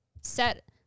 set